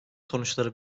sonuçları